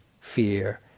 fear